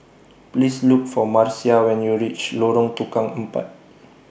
Please Look For Marcia when YOU REACH Lorong Tukang Empat